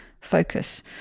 focus